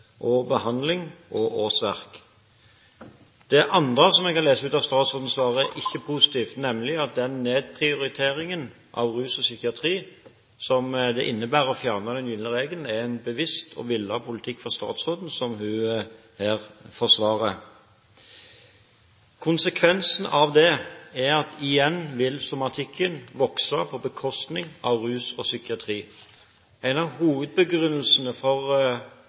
og behandling og årsverk. Det andre som jeg har lest ut av statsrådens svar, er ikke positivt, nemlig at den nedprioriteringen av rus og psykiatri som det innebærer å fjerne den gylne regelen, er en bevisst og villet politikk fra statsråden, og som hun her forsvarer. Konsekvensen av dette er at somatikken igjen vil vokse på bekostning av rus og psykiatri. En av hovedbegrunnelsene for